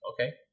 okay